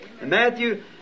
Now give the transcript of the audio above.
Matthew